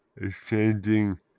exchanging